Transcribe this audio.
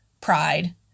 pride